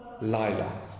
Lila